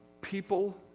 People